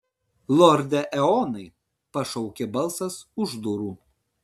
lorde eonai pašaukė balsas už durų